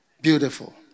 Beautiful